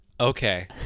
Okay